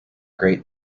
great